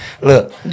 Look